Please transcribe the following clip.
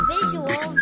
Visual